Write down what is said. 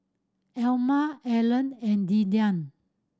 Elma Allan and Dillan